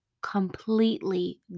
completely